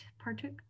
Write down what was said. Partook